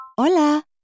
Hola